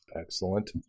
Excellent